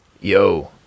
Yo